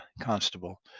Constable